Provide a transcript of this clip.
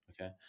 Okay